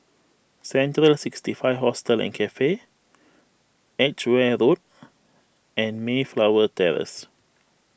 Central sixty five Hostel and Cafe Edgeware Road and Mayflower Terrace